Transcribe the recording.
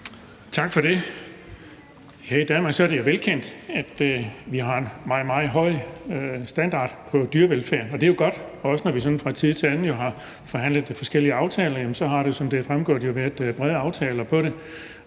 i Danmark er det jo velkendt, at vi har en meget, meget høj standard for dyrevelfærd. Det er godt. Når vi fra tid til anden har forhandlet forskellige aftaler,